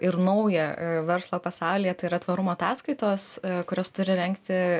ir nauja verslo pasaulyje tai yra tvarumo ataskaitos kurias turi rengti